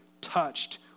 touched